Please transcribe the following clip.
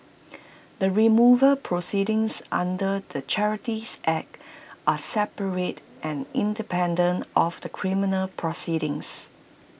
the removal proceedings under the charities act are separate and independent of the criminal proceedings